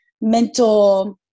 mental